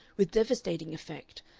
with devastating effect,